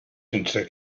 sense